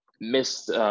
missed –